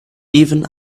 even